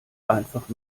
einfach